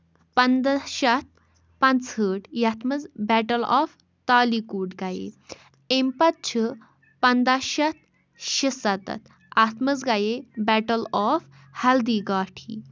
پَنٛداہ شیٚتھ پانٛژہٲٹھ یَتھ منٛز بیٹل آف تالی کوٗٹ گیہِ أمۍ پَتہٕ چھِ پَنٛداہ شیٚتھ شُسَتَتھ اَتھ منٛز گیہِ بیٹل آف ہلدی گاٹھی